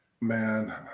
Man